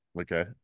Okay